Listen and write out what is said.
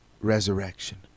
resurrection